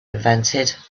invented